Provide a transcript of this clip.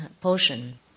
portion